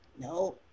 No